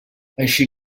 així